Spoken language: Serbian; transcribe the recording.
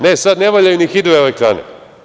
Ne, sada ne valjaju ni hidroelektrane.